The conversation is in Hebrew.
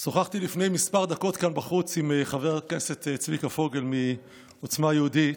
שוחחתי לפני כמה דקות כאן בחוץ עם חבר הכנסת צביקה פוגל מעוצמה יהודית,